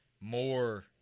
more